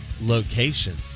location